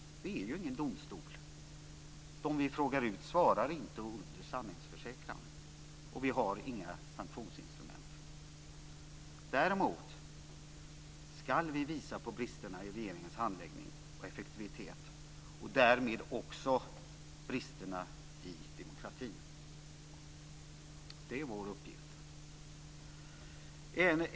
Utskottet är ingen domstol. De som vi frågar ut svarar inte under sanningsförsäkran, och vi har inga sanktionsinstrument. Däremot ska vi visa på bristerna i regeringens handläggning och effektivitet och därmed också på bristerna i demokratin. Det är vår uppgift.